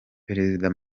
perezida